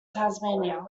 tasmania